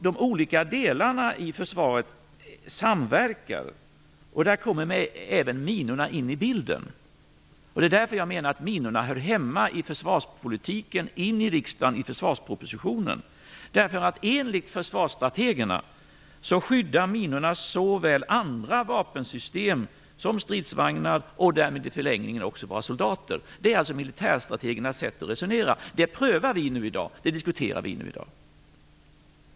De olika delarna i försvaret samverkar, och där kommer även minorna in i bilden. Det är därför jag menar att minorna hör hemma i försvarspolitiken och skall behandlas i försvarspropositionen i riksdagen. Enligt försvarsstrategerna skyddar minorna såväl andra vapensystem som stridsvagnar och - i förlängningen - våra soldater. Det är alltså militärstrategernas sätt att resonera. Det diskuterar vi nu i dag.